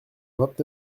vingt